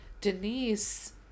Denise